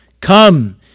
Come